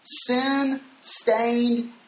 sin-stained